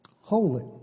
holy